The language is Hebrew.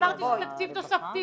אמרתי שזה תקציב תוספתי,